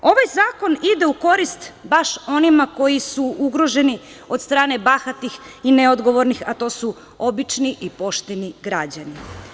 Ovaj zakon ide u korist baš onima koji su ugroženi od strane bahatih i neodgovornih, a to su obični i pošteni građani.